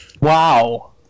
Wow